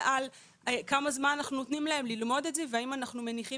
על כמה זמן אנחנו נותנים להם ללמוד את זה והאם אנחנו מניחים